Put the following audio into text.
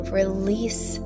release